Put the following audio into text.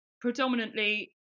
predominantly